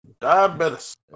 Diabetes